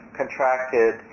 contracted